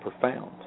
profound